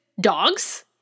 dogs